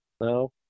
no